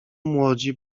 młodzi